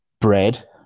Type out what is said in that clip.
bread